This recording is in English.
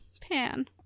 pan